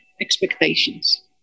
expectations